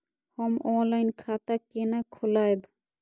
हम ऑनलाइन खाता केना खोलैब?